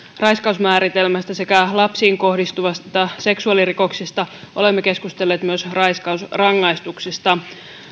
raiskausmääritelmästä sekä lapsiin kohdistuvista seksuaalirikoksista olemme keskustelleet myös raiskausrangaistuksista